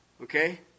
Okay